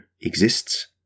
exists